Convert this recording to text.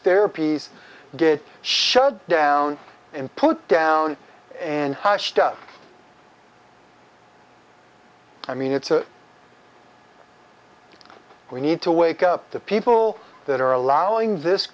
therapies get shut down and put down and hushed up i mean it's a we need to wake up the people that are allowing this